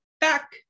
back